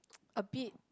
a bit